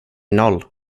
noll